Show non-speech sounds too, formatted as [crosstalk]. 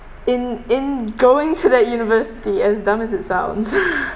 in in going to that university as dumb as it sounds [laughs]